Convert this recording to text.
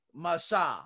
Masha